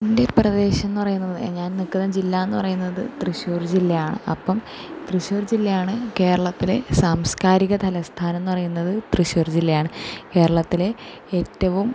എൻ്റെ പ്രദേശമെന്ന് പറയുന്നത് ഞാൻ നിൽക്കുന്ന ജില്ല എന്ന് പറയുന്നത് തൃശ്ശൂർ ജില്ലയാണ് അപ്പം തൃശ്ശൂർ ജില്ലയാണ് കേരളത്തിലെ സാംസ്കാരിക തലസ്ഥാനം എന്നു പറയുന്നത് തൃശ്ശൂർ ജില്ലയാണ് കേരളത്തിലെ ഏറ്റവും